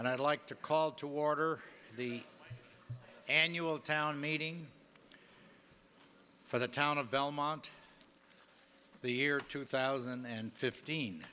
and i'd like to call toward or the annual town meeting for the town of belmont the year two thousand and fifteen